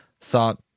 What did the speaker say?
thought